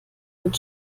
mit